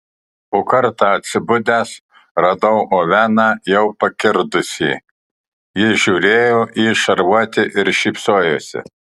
o kartą atsibudęs radau oveną jau pakirdusį jis žiūrėjo į šarvuotį ir šypsojosi